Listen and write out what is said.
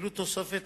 קיבלו תוספת,